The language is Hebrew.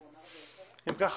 אם כך,